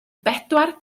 bedwar